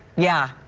yeah.